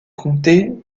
comté